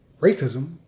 racism